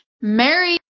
Mary